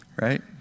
right